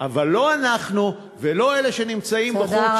אבל לא אנחנו ולא אלה שנמצאים, תודה רבה.